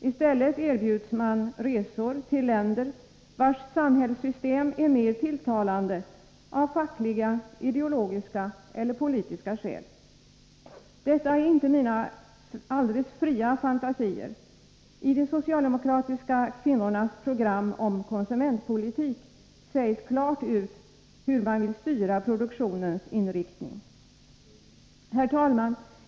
I stället erbjuder företaget resor till länder vars samhällssystem är mer tilltalande av fackliga, ideologiska eller politiska skäl. Detta är inte fria fantasier. I de socialdemokratiska kvinnornas program om konsumentpolitik sägs klart hur man vill styra produktionens inriktning. Herr talman!